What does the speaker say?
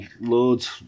loads